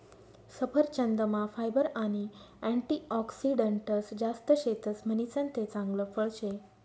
सफरचंदमा फायबर आणि अँटीऑक्सिडंटस जास्त शेतस म्हणीसन ते चांगल फळ शे